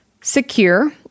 Secure